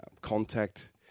contact